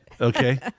Okay